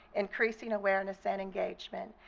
increasing awareness and engagement,